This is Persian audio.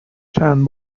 چند